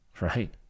right